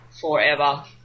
forever